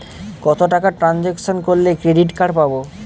কত টাকা ট্রানজেকশন করলে ক্রেডিট কার্ড পাবো?